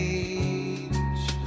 age